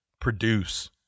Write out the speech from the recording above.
produce